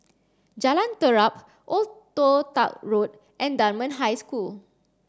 Jalan Terap Old Toh Tuck Road and Dunman High School